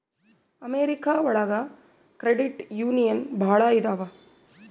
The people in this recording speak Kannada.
ಅಮೆರಿಕಾ ಒಳಗ ಕ್ರೆಡಿಟ್ ಯೂನಿಯನ್ ಭಾಳ ಇದಾವ